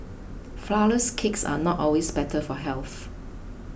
Flourless Cakes are not always better for health